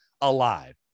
alive